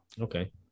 okay